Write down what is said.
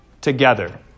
together